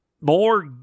More